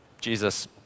Jesus